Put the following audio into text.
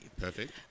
Perfect